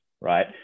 Right